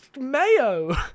Mayo